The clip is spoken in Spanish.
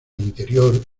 interior